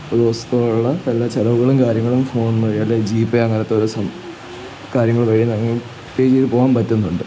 ഒരു സ്കൂളിൽ എല്ലാ ചിലവുകളും കാര്യങ്ങളും ഫോൺ വഴി അല്ലേൽ ജി പേ അങ്ങനത്തെ ഒരു കാര്യങ്ങൾ വഴി അങ്ങ് പേ ചെയ്ത് പോകാൻ പറ്റുന്നുണ്ട്